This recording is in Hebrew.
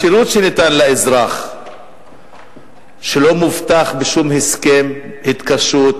השירות שניתן לאזרח שלא מובטח בשום הסכם התקשרות